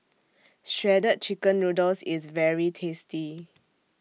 Shredded Chicken Noodles IS very tasty